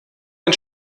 ein